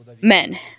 men